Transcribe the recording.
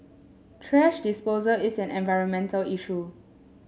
thrash disposal is an environmental issue